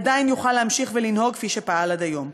עדיין יוכל להמשיך ולנהוג כפי שפעל עד היום.